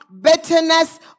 bitterness